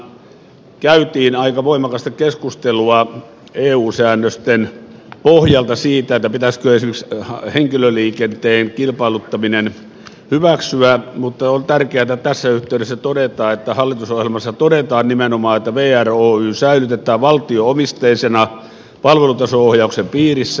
hallitusohjelmassahan käytiin aika voimakasta keskustelua eu säännösten pohjalta siitä pitäisikö esimerkiksi henkilöliikenteen kilpailuttaminen hyväksyä mutta on tärkeätä tässä yhteydessä todeta että hallitusohjelmassa todetaan nimenomaan että vr oy säilytetään valtio omisteisena palvelutaso ohjauksen piirissä